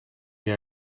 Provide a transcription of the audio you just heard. jij